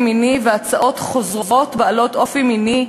מיני והצעות חוזרות בעלות אופי מיני,